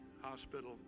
hospital